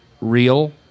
real